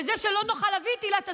בזה שלא נוכל להביא את עילת הסבירות,